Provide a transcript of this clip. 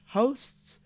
hosts